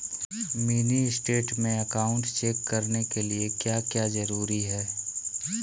Mini statement में account check करने के लिए क्या क्या जरूरी है?